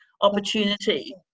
opportunity